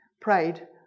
prayed